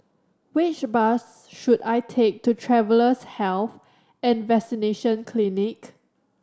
which bus should I take to Travellers' Health and Vaccination Clinic